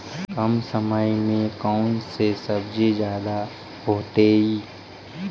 कम समय में कौन से सब्जी ज्यादा होतेई?